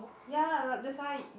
ya that's why